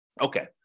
Okay